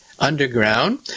underground